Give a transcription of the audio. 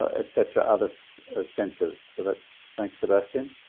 ah etc others senses that's thanks the best even